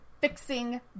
Fixing